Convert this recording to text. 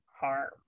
harm